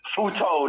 Futo